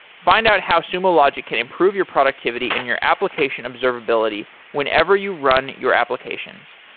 find out how sumo logic can improve your productivity in your application observability whenever you run your applications.